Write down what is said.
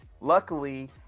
luckily